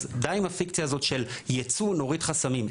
אז די עם הפיקציה הזאת של יצוא, נוריד חסמים.